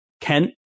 Kent